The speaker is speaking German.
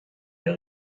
der